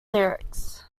lyrics